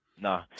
Nah